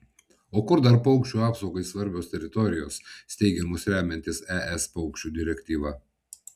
o kur dar paukščių apsaugai svarbios teritorijos steigiamos remiantis es paukščių direktyva